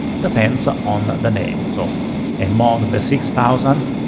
depends ah on the name. so among the six thousand,